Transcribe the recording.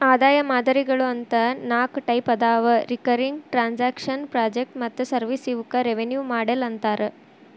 ಆದಾಯ ಮಾದರಿಗಳು ಅಂತ ನಾಕ್ ಟೈಪ್ ಅದಾವ ರಿಕರಿಂಗ್ ಟ್ರಾಂಜೆಕ್ಷನ್ ಪ್ರಾಜೆಕ್ಟ್ ಮತ್ತ ಸರ್ವಿಸ್ ಇವಕ್ಕ ರೆವೆನ್ಯೂ ಮಾಡೆಲ್ ಅಂತಾರ